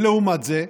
לעומת זה,